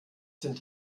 sind